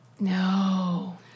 No